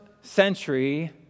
century